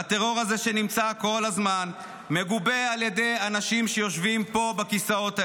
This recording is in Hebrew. הטרור הזה שנמצא כל הזמן מגובה על ידי אנשים שיושבים פה בכיסאות האלו.